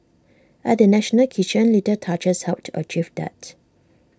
at the national kitchen little touches helped to achieve that